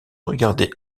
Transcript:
regarder